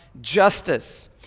justice